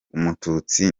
umututsi